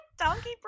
donkey